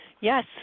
Yes